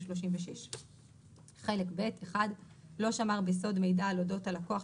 36. חלק ב' לא שמר בסוד מידע על אודות הלקוח,